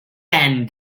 pen